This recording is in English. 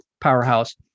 powerhouse